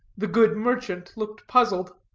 the good merchant looked puzzled.